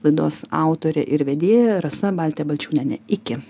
laidos autorė ir vedėja rasa baltė balčiūnienė iki